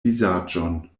vizaĝon